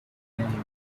number